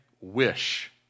wish